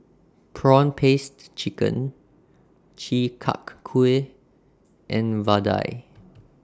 Prawn Paste Chicken Chi Kak Kuih and Vadai